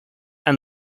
and